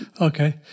Okay